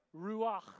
ruach